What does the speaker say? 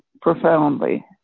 profoundly